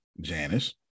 Janice